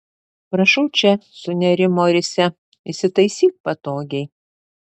prašau čia sunerimo risia įsitaisyk patogiai